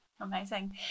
amazing